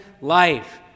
life